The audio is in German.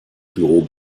büro